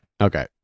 Okay